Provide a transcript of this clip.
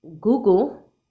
Google